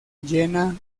llena